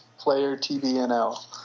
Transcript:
PlayerTVNL